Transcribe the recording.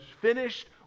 finished